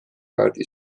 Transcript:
kaardi